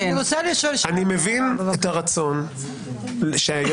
אני מבין את הרצון להכתיב.